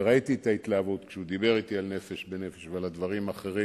וראיתי את ההתלהבות שלו כשהוא דיבר אתי על "נפש בנפש" ועל דברים אחרים,